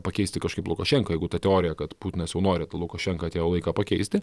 pakeisti kažkaip lukašenką jeigu ta teorija kad putinas jau nori lukašenka atėjo laiką pakeisti